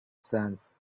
sands